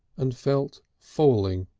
and felt falling,